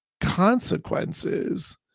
consequences